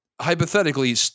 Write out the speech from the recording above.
hypothetically